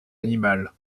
animal